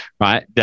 right